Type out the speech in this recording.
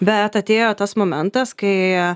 bet atėjo tas momentas kai